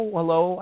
hello